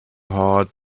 heart